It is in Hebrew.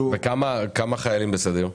כמה חיילים בסדיר?